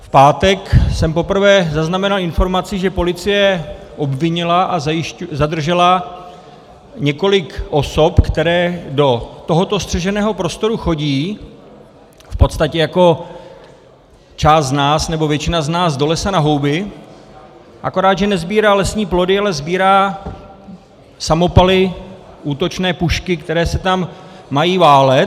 V pátek jsem poprvé zaznamenal informaci, že policie obvinila a zadržela několik osob, které do tohoto střeženého prostoru chodí, v podstatě jako část z nás nebo většina z nás do lesa na houby, akorát že nesbírají lesní plody, ale sbírají samopaly, útočné pušky, které se tam mají válet.